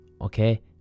okay